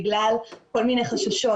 בגלל כל מיני חששות,